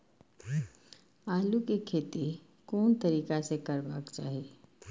आलु के खेती कोन तरीका से करबाक चाही?